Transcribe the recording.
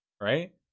Right